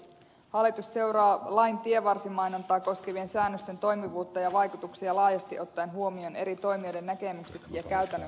hallitus seuraa lain tievarsimainontaa koskevien säännösten toimivuutta ja vaikutuksia laajasti ottaen huomioon eri toimijoiden näkemykset ja käytännön kokemukset